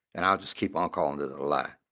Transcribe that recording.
now just keep on calling that a lie,